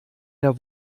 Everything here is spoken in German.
der